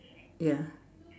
ya